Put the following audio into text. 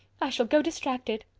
i shall go distracted.